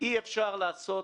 אי אפשר לעשות